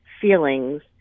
feelings